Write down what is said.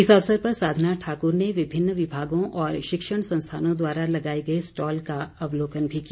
इस अवसर पर साधना ठाक्र ने विभिन्न विभागों और शिक्षण संस्थानों द्वारा लगाए गए स्टॉल का अवलोकन भी किया